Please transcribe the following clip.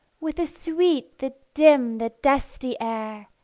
with the sweet, the dim, the dusty air,